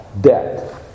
Debt